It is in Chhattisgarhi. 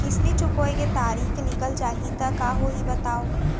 किस्ती चुकोय के तारीक निकल जाही त का होही बताव?